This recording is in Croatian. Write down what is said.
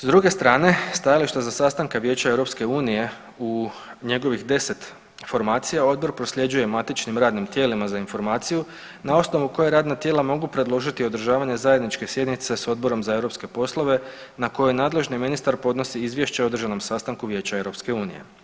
S druge strane stajališta za sastanke Vijeća Europske unije u njegovih 10 formacija Odbor prosljeđuje matičnim radnim tijelima za informaciju na osnovu koje radna tijela mogu predložiti održavanje zajedničke sjednice s Odborom za europske poslove na koje nadležni ministar podnosi Izvješće o održanom sastanku Vijeća Europske unije.